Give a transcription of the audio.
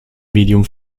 medium